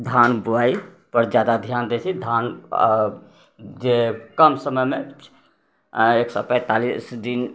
धान बुआइपर ज्यादा धिआन दै छिए धान आओर जे कम समयमे एक सओ पैँतालिस दिन